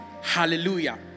hallelujah